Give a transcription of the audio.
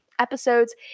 episodes